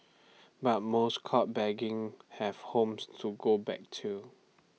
but most caught begging have homes to go back to